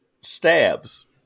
stabs